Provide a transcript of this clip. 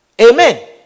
Amen